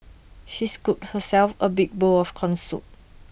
she scooped herself A big bowl of Corn Soup